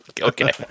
Okay